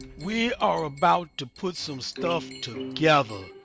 we are about to put some stuff together!